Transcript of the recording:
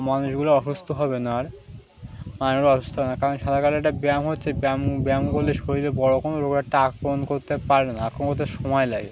মানুষগুলো অসুস্থ হবে না আর মানুষগুলো অসুস্থ হবে না কারণ সাঁতার কাটলে একটা ব্যায়াম হচ্ছে ব্যায়াম ব্যায়াম করলে শরীরে বড় কোনো রোগ একটা আক্রমণ করতে পারে না আক্রমণ করতে সময় লাগে